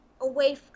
away